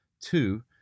Two